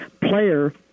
player